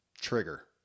trigger